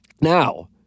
Now